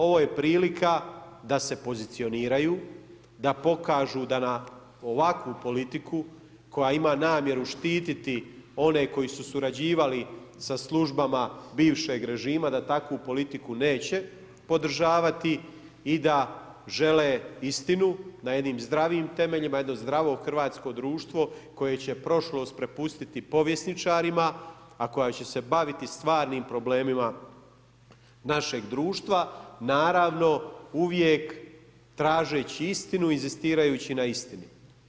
Ovo je prilika da se pozicioniraju, da pokažu da na ovakvu politiku koja ima namjeru štititi one koji su surađivali sa službama bivšeg režima da takvu politiku neće podržavati i da žele istinu na jednim zdravim temeljima, jedno zdravo hrvatsko društvo koje će prošlost prepustiti povjesničarima a koja će se baviti stvarnim problemima našeg društva, naravno uvijek tražeći istinu i inzistirajući na istinu.